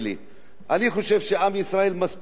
אני חושב שעם ישראל מספיק התבגר,